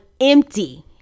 empty